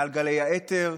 מעל גלי האתר.